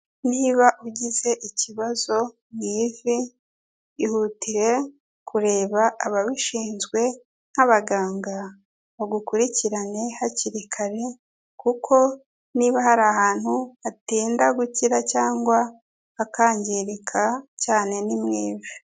Niba ugize ikibazo mu ivi, ihutire kureba ababishinzwe nk'abaganga bagukurikirane hakiri kare, kuko niba hari ahantu hatinda gukira cyangwa hakangirika cyane ni mu ivi.